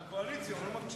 מהקואליציה, הוא לא מקשיב.